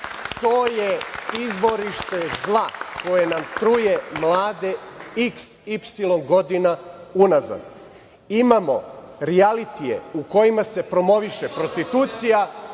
to je izvorište zla koje nam truje mlade iks, ipsilon godina unazad. Imamo rijalitije u kojima se promoviše prostitucija,